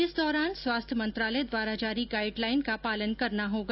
इस दौरान स्वास्थ्य मंत्रालय द्वारा जारी गाइड लाइन का पालन करना होगा